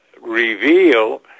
reveal